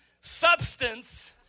substance